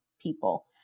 people